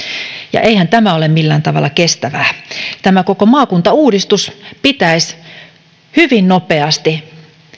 ja eihän tämä ole millään tavalla kestävää tämä koko maakuntauudistus pitäisi hyvin nopeasti